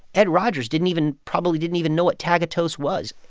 ed rogers didn't even probably didn't even know what tagatose was.